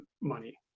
money